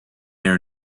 are